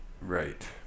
Right